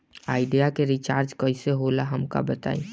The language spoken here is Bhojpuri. आइडिया के रिचार्ज कईसे होला हमका बताई?